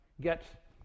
get